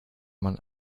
man